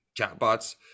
chatbots